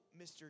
Mr